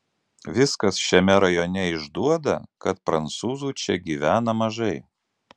viskas šiame rajone išduoda kad prancūzų čia gyvena mažai